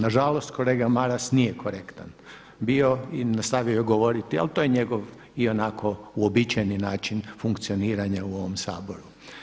Na žalost kolega Maras nije korektan bio i nastavio je govoriti, ali to je njegov ionako uobičajeni način funkcioniranja u ovom Saboru.